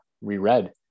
reread